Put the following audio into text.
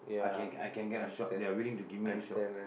I can I can get a shop they are willing to give me a shop